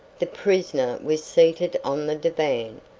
the prisoner was seated on the divan,